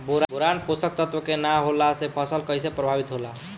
Boron पोषक तत्व के न होला से फसल कइसे प्रभावित होला?